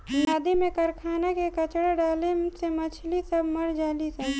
नदी में कारखाना के कचड़ा डाले से मछली सब मर जली सन